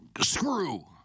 screw